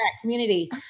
community